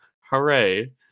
hooray